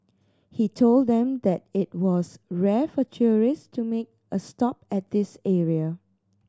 he told them that it was rare for tourist to make a stop at this area